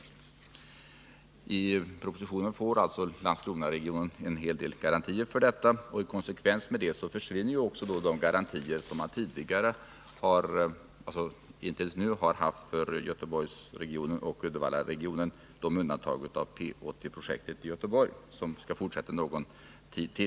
Landskronaregionen får alltså i propositionen en hel del garantier för detta, och i konsekvens härmed försvinner de garantier som inte ens Göteborgseller Uddevallaregionen har nu, med undantag av P 80-projektet i Göteborg, som skall fortsätta ytterligare någon tid.